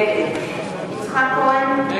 נגד יצחק כהן,